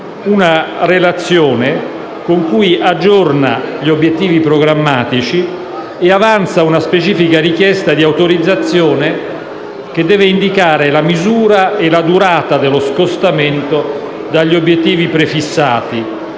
una relazione con cui aggiorna gli obiettivi programmatici e avanza una specifica richiesta di autorizzazione, che deve indicare la misura e la durata dello scostamento dagli obiettivi prefissati,